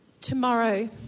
tomorrow